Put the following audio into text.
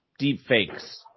deepfakes